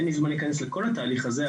אין לי זמן להיכנס לתוך כל התהליך הזה,